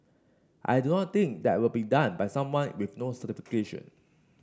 I do not think that will be done by someone with no certification